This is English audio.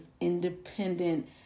independent